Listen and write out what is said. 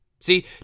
See